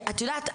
את יודעת,